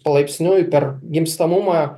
palaipsniui per gimstamumą